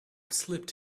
slipped